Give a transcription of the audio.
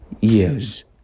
years